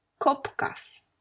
kopkas